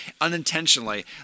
unintentionally